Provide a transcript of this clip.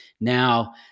Now